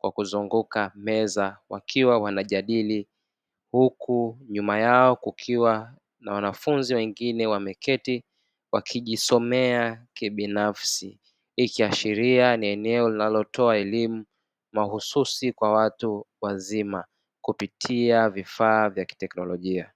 wakiizunguka meza wakiwa wanajadili, huku nyuma yao kukiwa na wanafunzi wengine wameketi wakijisomea kibinafsi. Hii inaashiria ni eneo linalotoa elimu na ususi kwa watu wazima kupitia vifaa vya kiteknolojia.